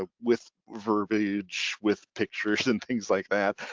ah with verbiage with pictures and things like that,